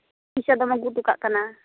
ᱛᱤᱥ ᱟᱫᱚᱢ ᱟᱜᱩ ᱦᱚᱴᱚ ᱠᱟᱜ ᱠᱟᱱᱟ